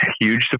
huge